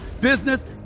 business